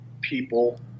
people